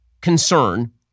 concern